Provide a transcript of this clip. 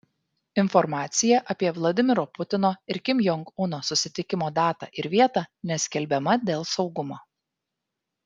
informacija apie vladimiro putino ir kim jong uno susitikimo datą ir vietą neskelbiama dėl saugumo